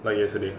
like yesterday